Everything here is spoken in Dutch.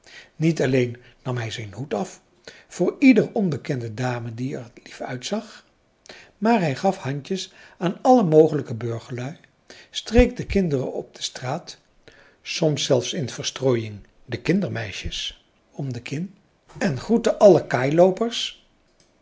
niet alleen nam hij zijn hoed af voor ieder onbekende dame die er lief uitzag maar hij gaf handjes aan alle mogelijke burgerlui streek de kinderen op de straat soms zelfs in verstrooiing de kindermeisjes om de kin en groette alle